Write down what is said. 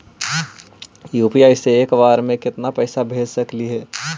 UPI से एक बार मे केतना पैसा भेज सकली हे?